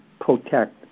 protect